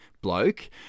bloke